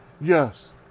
Yes